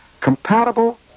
compatible